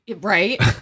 Right